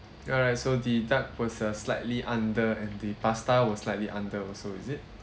alright so the duck was uh slightly under and the pasta was slightly under also is it